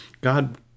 God